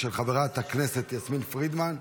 של חברת הכנסת יסמין פרידמן.